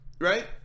right